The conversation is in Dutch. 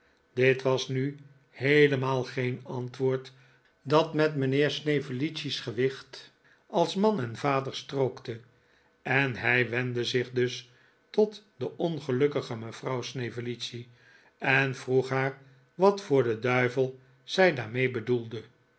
dit was nu heelemaal geen antwoord dat met mijnheer snevellicci's gewicht als man en vader strookte en hij wendde zich dus tot de pngelukkige mevrouw snevellicci en vroeg haar wat voor den duivel zij daarmee bedoelde